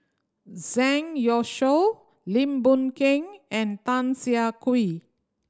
Zang Youshuo Lim Boon Keng and Tan Siah Kwee